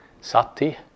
sati